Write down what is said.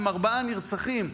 עם ארבעה נרצחים,